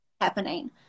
happening